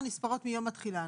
משרד החקלאות,